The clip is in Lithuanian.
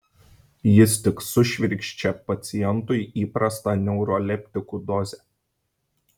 jis tik sušvirkščia pacientui įprastą neuroleptikų dozę